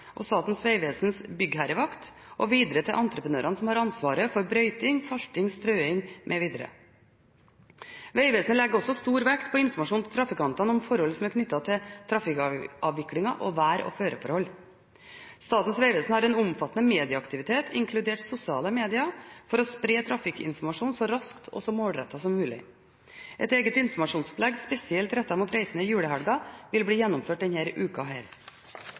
og Statens vegvesens byggherrevakt og videre til entreprenørene som har ansvaret for brøyting, salting og strøing mv. Vegvesenet legger også stor vekt på informasjon til trafikantene om forhold som er knyttet til trafikkavviklingen og vær- og føreforhold. Statens vegvesen har en omfattende medieaktivitet – inkludert sosiale medier – for å spre trafikkinformasjon så raskt og så målrettet som mulig. Et eget informasjonsopplegg, spesielt rettet mot reisende i julehelgen, vil bli gjennomført